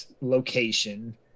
location